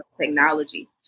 technology